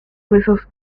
pesos